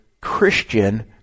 Christian